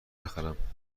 بخرم